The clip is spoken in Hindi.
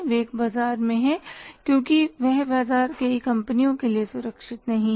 वे एक बाजार में हैं क्योंकि वह बाजार कई कंपनियों के लिए सुरक्षित नहीं है